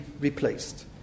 replaced